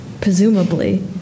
presumably